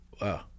Wow